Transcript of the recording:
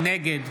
נגד